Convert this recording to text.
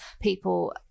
people